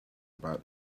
about